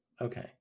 okay